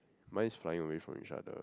mine is flying away from each other